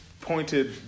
pointed